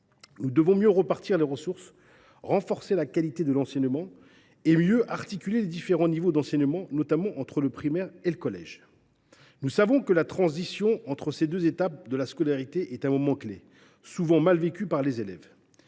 Nous devons mieux répartir les ressources, renforcer la qualité de l’enseignement et davantage articuler ses différents niveaux, notamment entre le primaire et le collège. Nous savons que la transition entre ces deux étapes de la scolarité est un moment clé, souvent mal vécu par les élèves.